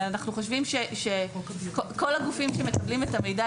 אנחנו חושבים שכל הגופים שמקבלים את המידע,